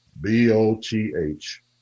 B-O-T-H